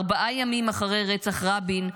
ארבעה ימים אחרי רצח רבין,